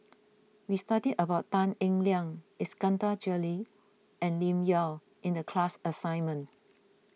we studied about Tan Eng Liang Iskandar Jalil and Lim Yau in the class assignment